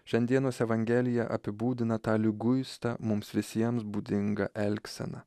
šiandienos evangelija apibūdina tą liguistą mums visiems būdingą elgseną